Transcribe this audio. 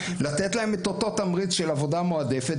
לתת להן את אותו תמריץ של עבודה מעודפת,